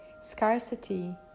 Scarcity